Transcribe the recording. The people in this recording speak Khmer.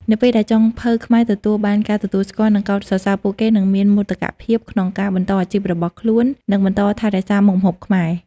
នៅពេលដែលចុងភៅខ្មែរទទួលបានការទទួលស្គាល់ និងកោតសរសើរ ពួកគេនឹងមានមោទកភាពក្នុងការបន្តអាជីពរបស់ខ្លួន និងបន្តថែរក្សាមុខម្ហូបខ្មែរ។